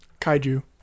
kaiju